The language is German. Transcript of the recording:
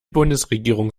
bundesregierung